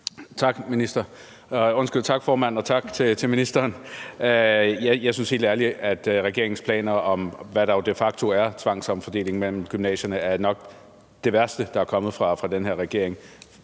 Marcus Knuth (KF): Tak, formand, og tak til ministeren. Jeg synes helt ærligt, at regeringens planer her, hvad der jo de facto er en tvangsomfordeling mellem gymnasierne, nok er det værste, der er kommet fra den her regering.